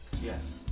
Yes